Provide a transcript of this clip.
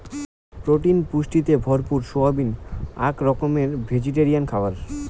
protein পুষ্টিতে ভরপুর soybean আক রকমের ভেজিটেরিয়ান খাবার